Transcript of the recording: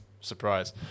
surprise